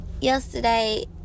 Yesterday